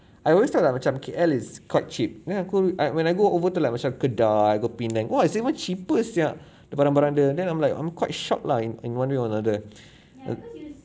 I always thought like macam K_L is quite cheap aku I when I go over to like macam kedah I go penang !wah! it's even cheaper sia barang-barang dia then I'm like I'm quite shocked lah in one way or another